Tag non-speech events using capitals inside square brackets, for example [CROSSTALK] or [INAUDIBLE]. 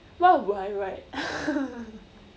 what would I write [LAUGHS]